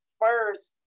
first